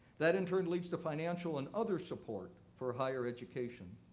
that, in turn, leads to financial and other support for higher education.